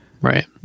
right